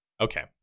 Okay